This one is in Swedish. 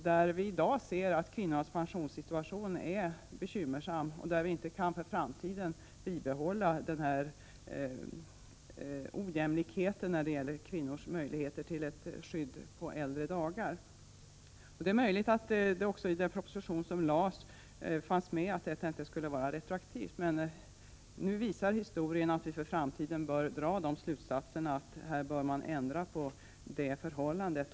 Där ser vi i dag att kvinnors situation när det gäller pensionen är bekymmersam, och vi kan inte för framtiden behålla denna ojämlikhet i fråga om kvinnors möjligheter till ett skydd på äldre dagar. Det är möjligt att det stod något i den aktuella propositionen om att detta inte skulle gälla retroaktivt. Men nu visar historien att vi för framtiden bör dra slutsatsen att man bör ändra på det förhållandet.